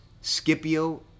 Scipio